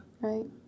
right